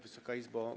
Wysoka Izbo!